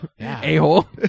A-hole